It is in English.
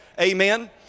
amen